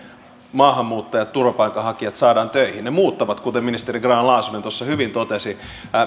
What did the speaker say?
maahanmuuttajat turvapaikanhakijat saadaan töihin he muuttavat kuten ministeri grahn laasonen tuossa hyvin totesi